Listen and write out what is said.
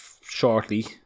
shortly